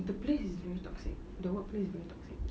the place is really toxic the workplace is very toxic